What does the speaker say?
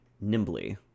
nimbly